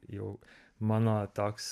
jau mano toks